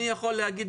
אני יכול להגיד